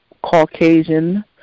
Caucasian